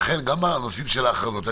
בנושאי ההכרזה.